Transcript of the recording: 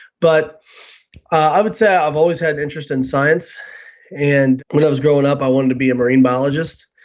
but i would say i've always had an interest in science and when i was growing up i wanted to be a marine biologist.